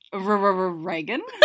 Reagan